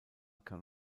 kann